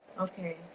okay